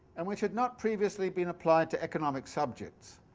and which had not previously been applied to economic subjects,